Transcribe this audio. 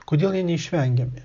kodėl jie neišvengiami